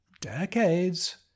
decades